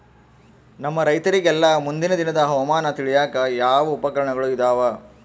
ನಮ್ಮ ರೈತರಿಗೆಲ್ಲಾ ಮುಂದಿನ ದಿನದ ಹವಾಮಾನ ತಿಳಿಯಾಕ ಯಾವ ಉಪಕರಣಗಳು ಇದಾವ?